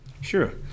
sure